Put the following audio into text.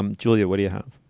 um julia, what do you have?